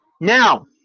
now